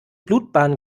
blutbahnen